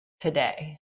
today